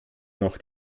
noch